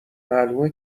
معلومه